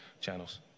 channels